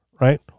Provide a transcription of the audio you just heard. right